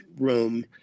room